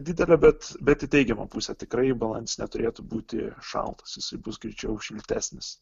didelė bet bet į teigiamą pusę tikrai balandis neturėtų būti šaltas bus greičiau šiltesnis